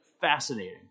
fascinating